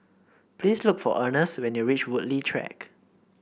please look for Ernest when you reach Woodleigh Track